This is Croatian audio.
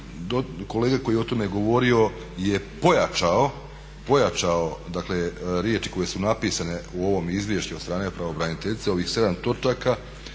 kolega koji je o tome govorio je pojačao, pojačao dakle riječi koje su napisane u ovome izvješću od strane pravobreniteljice, ovih 7 točaka